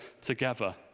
together